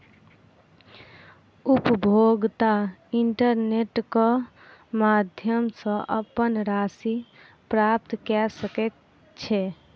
उपभोगता इंटरनेट क माध्यम सॅ अपन राशि प्राप्त कय सकै छै